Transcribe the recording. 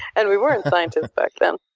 and we weren't scientists back then.